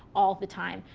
all the time.